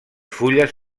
fulles